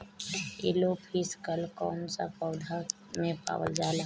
Yellow leaf curl कौन सा पौधा में पावल जाला?